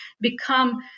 become